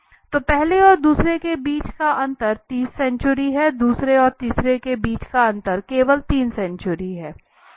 तो पहले और दूसरे के बीच 30 सेंचुरी दूसरे और तीसरे के बीच केवल 3 सेंचुरी क्या अंतर है